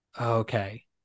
Okay